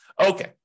Okay